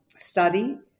study